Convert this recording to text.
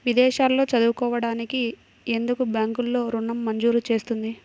విదేశాల్లో చదువుకోవడానికి ఎందుకు బ్యాంక్లలో ఋణం మంజూరు చేస్తుంది?